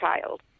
child